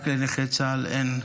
רק לנכי צה"ל אין.